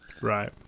Right